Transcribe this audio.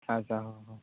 ᱟᱪᱪᱷᱟ